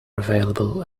available